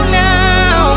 now